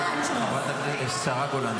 השרה גולן,